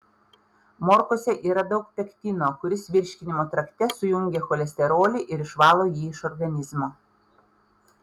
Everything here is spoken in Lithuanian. morkose yra daug pektino kuris virškinimo trakte sujungia cholesterolį ir išvalo jį iš organizmo